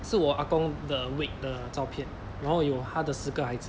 是我阿公的 wake 的照片然后有他十个孩子